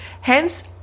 Hence